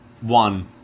one